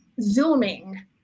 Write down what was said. zooming